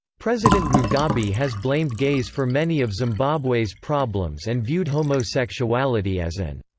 president mugabe has blamed gays for many of zimbabwe's problems and viewed homosexuality as an